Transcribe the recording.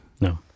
No